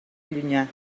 llunyà